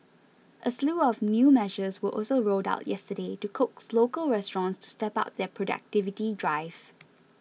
a slew of new measures were also rolled out yesterday to coax local restaurants to step up their productivity drive